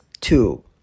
two